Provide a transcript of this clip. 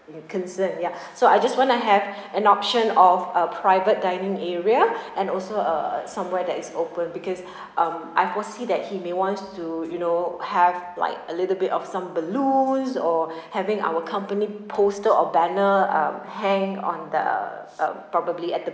maybe concern ya so I just want to have an option of a private dining area and also uh uh somewhere that is open because um I foresee that he may wants to you know have like a little bit of some balloons or having our company poster or banner um hang on the uh uh probably at the